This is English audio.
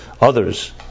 others